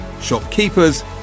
shopkeepers